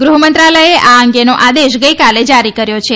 ગૃહમંત્રાલયે આ અંગેનો આદેશ ગઇકાલે જારી કર્યો છે